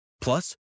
Plus